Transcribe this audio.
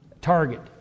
target